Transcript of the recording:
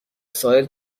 ساحل